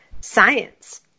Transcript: science